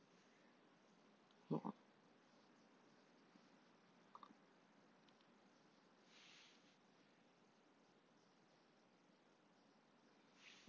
more